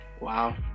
wow